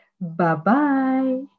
Bye-bye